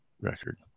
record